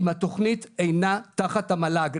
אם התוכנית אינה תחת המל"ג,